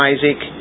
Isaac